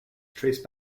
trace